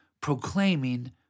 proclaiming